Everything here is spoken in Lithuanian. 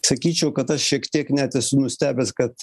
sakyčiau kad aš šiek tiek net esu nustebęs kad